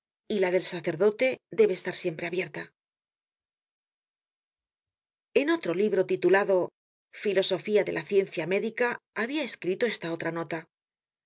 y la del sacerdote debe estar siempre abierta en otro libro titulado filosofía de la ciencia médica habia escrito esta otra nota